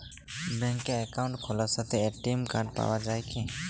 ব্যাঙ্কে অ্যাকাউন্ট খোলার সাথেই এ.টি.এম কার্ড পাওয়া যায় কি?